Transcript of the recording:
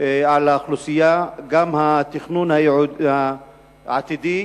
על האוכלוסייה, גם התכנון העתידי